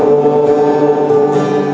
or